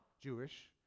Jewish